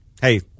hey